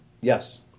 Yes